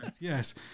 Yes